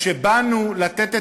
כשבאנו לתת,